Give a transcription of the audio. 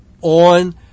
on